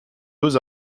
deux